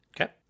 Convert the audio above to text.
okay